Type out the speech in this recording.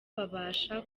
babasha